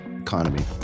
economy